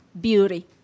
beauty